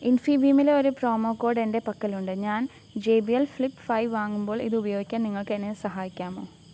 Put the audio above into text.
ഇൻഫീബീമിലെ ഒരു പ്രൊമോക്കോഡ് എന്റെ പക്കലുണ്ട് ഞാൻ J B L flip five വാങ്ങുമ്പോൾ ഇത് ഉപയോഗിക്കാൻ നിങ്ങൾക്ക് എന്നെ സഹായിക്കാമോ